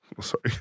Sorry